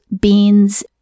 beans